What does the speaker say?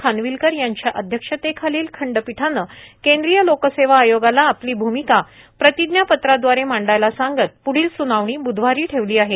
खानविलकर यांच्या अध्यक्षतेखालील खंडपीठानं केंद्रिय लोकसेवा आयोगाला आपली भूमिका प्रतिज्ञापत्राद्वारे मांडायला सांगत प्ढील स्नावणी ब्धवारी ठेवली आहे